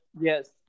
Yes